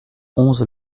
onze